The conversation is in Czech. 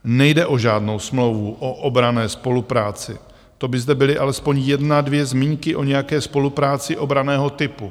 Nejde o žádnou smlouvu o obranné spolupráci, to by zde byly alespoň jedna dvě zmínky o nějaké spolupráci obranného typu.